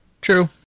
true